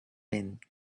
vent